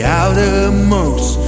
outermost